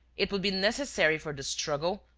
it would be necessary for the struggle,